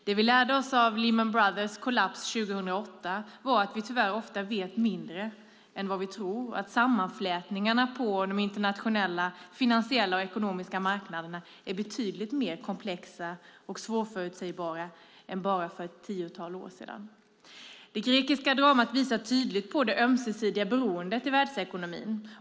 Det vi lärde oss av Lehman Brothers kollaps hösten 2008 var att vi tyvärr ofta vet mindre än vi tror och att sammanflätningarna på de internationella finansiella och ekonomiska marknaderna är betydligt mer komplexa och svårförutsägbara än för bara ett tiotal år sedan. Det grekiska dramat visar tydligt på det ömsesidiga beroendet i världsekonomin.